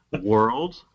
world